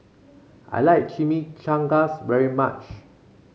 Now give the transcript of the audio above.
I like Chimichangas very much